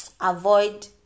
avoid